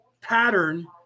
pattern